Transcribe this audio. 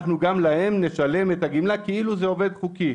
אנחנו גם להם נשלם את הגמלה כאילו זה עובד חוקי.